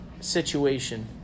situation